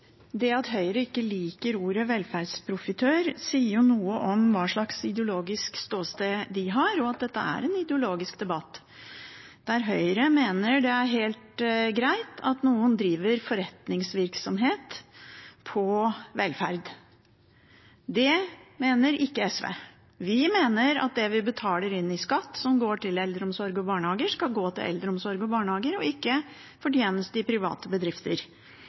Det at Høyre ikke liker ordet «velferdsprofitør», sier jo noe om hva slags ideologisk ståsted de har, og at dette er en ideologisk debatt, der Høyre mener det er helt greit at noen driver forretningsvirksomhet på velferd. Det mener ikke SV. Vi mener at det vi betaler inn i skatt som går til eldreomsorg og barnehager, skal gå til eldreomsorg og barnehager og ikke til fortjeneste i private bedrifter.